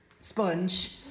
sponge